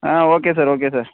ah okay sir okay sir